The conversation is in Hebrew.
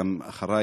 וגם אחרי